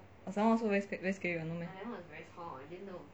very scary what no meh